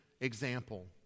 example